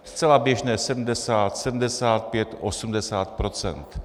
Zcela běžné 70, 75, 80 %.